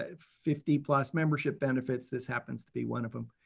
ah fifty plus membership benefits, this happens to be one of them.